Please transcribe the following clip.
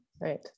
right